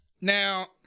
Now